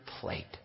plate